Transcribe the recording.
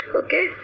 okay